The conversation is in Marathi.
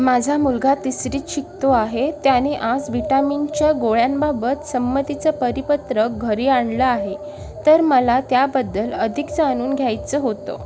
माझा मुलगा तिसरीत शिकतो आहे त्याने आज विटामिनच्या गोळ्यांबाबत संमतीचं परिपत्रक घरी आणलं आहे तर मला त्याबद्दल अधिक जाणून घ्यायचं होतं